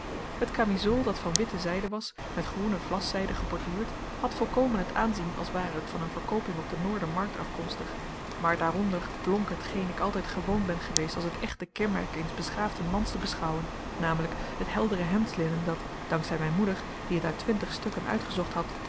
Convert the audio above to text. het kamizool dat van witte zijde was met groene vlaszijde geborduurd had volkomen het aanzien als ware het van een verkooping op de noordermarkt afkomstig maar daaronder blonk hetgeen ik altijd gewoon ben geweest als het echte kenmerk eens beschaafden mans te beschouwen namelijk het heldere hemdslinnen dat dank zij mijn moeder die het uit twintig stukken uitgezocht had